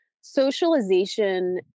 socialization